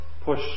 push